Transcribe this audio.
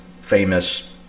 famous